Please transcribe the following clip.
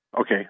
Okay